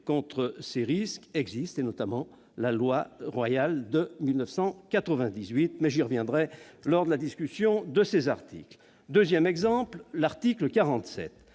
contre ces risques existe pourtant, notamment la loi Royal de 1998. J'y reviendrai lors de la discussion de ces articles. Deuxièmement, l'article 47,